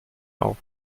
auf